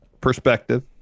perspective